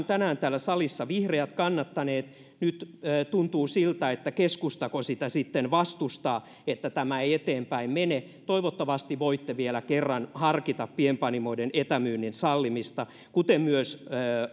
tänään täällä salissa vihreät kannattaneet nyt tuntuu siltä että keskustako sitä sitten vastustaa että tämä ei eteenpäin mene toivottavasti voitte vielä kerran harkita pienpanimoiden etämyynnin sallimista kuten myös